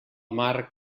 mar